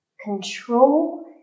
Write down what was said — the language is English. control